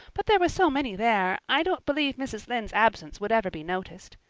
but there were so many there i don't believe mrs. lynde's absence would ever be noticed.